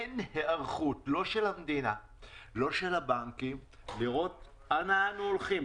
אין היערות לא של המדינה ולא של הבנקים לראות אנה אנו הולכים.